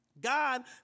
God